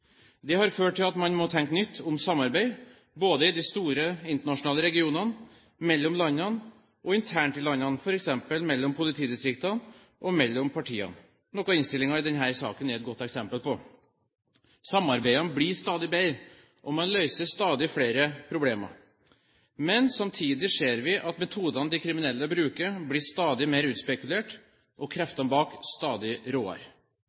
store internasjonale regionene, mellom landene og internt i landene, f.eks. mellom politidistrikter og mellom partier – noe innstillingen i denne saken er et godt eksempel på. Samarbeidet blir stadig bedre, og man løser stadig flere problemer. Men samtidig ser vi at metodene de kriminelle bruker, blir stadig mer utspekulerte og